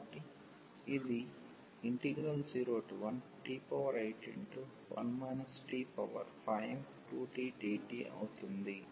కాబట్టి ఇది 01t81 t52tdtఅవుతుంది